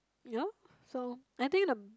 ya so I think the